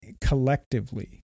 collectively